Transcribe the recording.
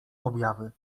objawy